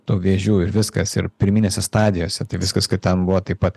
tų vėžių ir viskas ir pirminėse stadijose tai viskas kad ten buvo taip pat